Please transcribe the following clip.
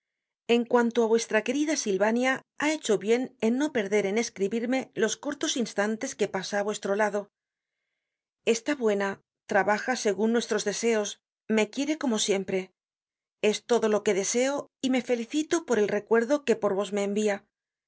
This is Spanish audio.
en cuanto á vuestra querida silvania ha hecho bien en no perder en escribirme los cortos instantes que pasa á vuestro lado está buena trabaja segun nuestros deseos me quiere como siempre es todo lo que deseo y me felicito por el recuerdo que por vos me envia mi